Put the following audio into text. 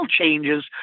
changes